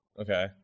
Okay